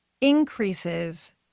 increases